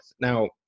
Now